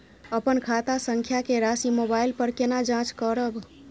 अपन खाता संख्या के राशि मोबाइल पर केना जाँच करब?